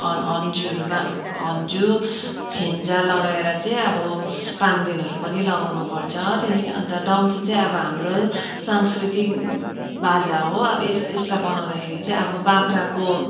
ह हन्जुहरू हन्जु खेन्जा लगाएर चाहिँ अब पाङ्गदेनहरू पनि लगाउनु पर्छ त्यहाँदेखि अन्त डम्फु चाहिँ अब हाम्रो संस्कृतिक बाजा हो यस यसलाई बनाउँदाखेरि चाहिँ अब बाख्राको